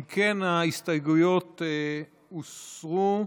אם כן, ההסתייגויות הוסרו,